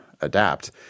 adapt